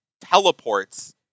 teleports